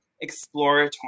exploratory